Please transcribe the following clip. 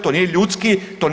To nije ljudski.